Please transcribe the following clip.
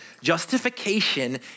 Justification